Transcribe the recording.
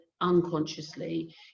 unconsciously